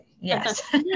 yes